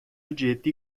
جدی